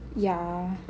yeah